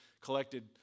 collected